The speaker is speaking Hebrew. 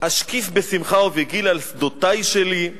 אשקיף בשמחה ובגיל על שדותי שלי,